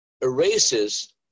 erases